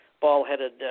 Ball-headed